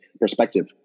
perspective